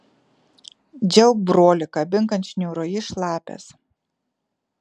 džiauk brolį kabink ant šniūro jis šlapias